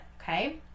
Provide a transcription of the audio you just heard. okay